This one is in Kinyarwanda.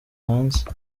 hanze